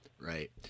Right